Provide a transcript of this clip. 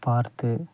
பார்த்து